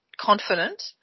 confident